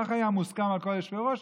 כך היה מוסכם על כל היושבים בראש,